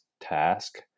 task